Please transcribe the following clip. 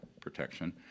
protection